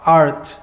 art